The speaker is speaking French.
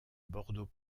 bordeaux